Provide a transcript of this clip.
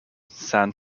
san